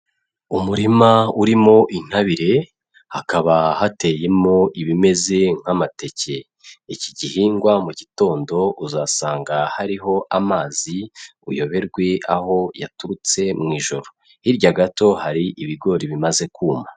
Umurima urimo intabire, hakaba hateyemo ibimeze nk'amateke. Iki gihingwa mu gitondo uzasanga hariho amazi, uyoberwe aho yaturutse mu ijoro. Hirya gato hari ibigori bimaze kuma.